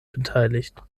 beteiligt